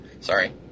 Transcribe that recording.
Sorry